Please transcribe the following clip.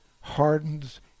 hardens